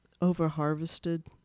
over-harvested